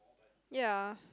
ya